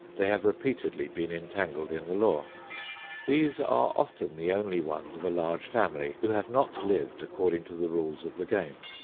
they have repeatedly been entangled in the law these are often the only ones of a large family who have not lived according to the rules of the game.